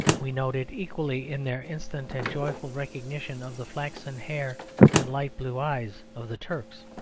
we note it equally in their instant and joyful recognition of the flaxen hair and light blue eyes of the turks.